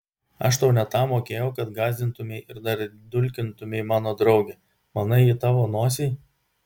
aš tau ne tam mokėjau kad gąsdintumei ir dar dulkintumei mano draugę manai ji tavo nosiai